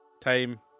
time